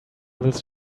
this